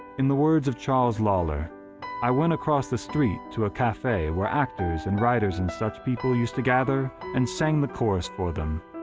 in the words of charles lawlor i went across the street to a cafe where actors and writers and such people used to gather and sang the chorus for them.